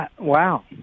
wow